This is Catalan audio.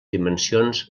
dimensions